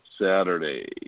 Saturday